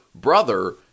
brother